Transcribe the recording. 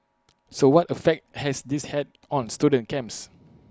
so what effect has this had on student camps